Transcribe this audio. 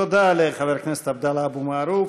תודה לחבר הכנסת עבדאללה אבו מערוף.